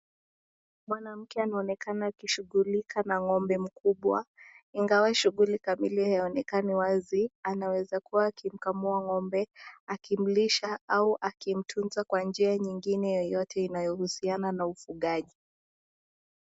Mwanamke anaonekana akishughulika na ngombe mkubwa , ingawa shughuli kamili haionekani wazi, anaweza kuwa akikamua ngombe , akimlisha au akimtunza kwa njia nyingine yeyote inayohusiana na ufugaji.